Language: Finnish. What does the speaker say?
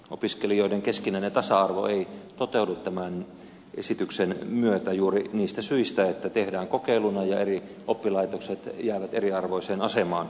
opiskelijoiden keskinäinen tasa arvo ei toteudu tämän esityksen myötä juuri niistä syistä että tämä tehdään kokeiluna ja eri oppilaitokset jäävät eriarvoiseen asemaan